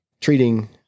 treating